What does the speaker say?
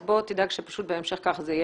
אז תדאג שפשוט בהמשך ככה זה יהיה.